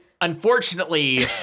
Unfortunately